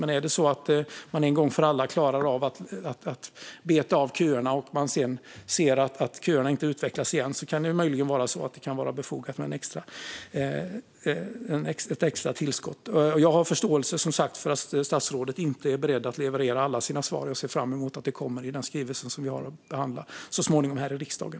Men är det så att de en gång för alla klarar av att beta av köerna, och man sedan ser att köerna inte utvecklas igen, kan det möjligen vara befogat med ett extra tillskott. Jag har, som sagt, förståelse för att statsrådet inte är beredd att leverera alla sina svar. Jag ser fram emot att de kommer i den skrivelse som vi så småningom har att behandla här i riksdagen.